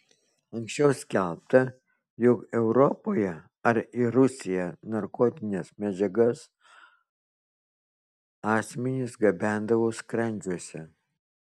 anksčiau skelbta jog europoje ar į rusiją narkotines medžiagas asmenys gabendavo skrandžiuose